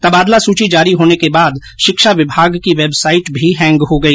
तबादला सूची जारी होने के बाद शिक्षा विभाग की वेबसाइट भी हैंग हो गई